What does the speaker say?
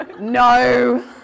no